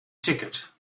ticket